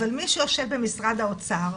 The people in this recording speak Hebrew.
אבל מי שיושב במשרד האוצר,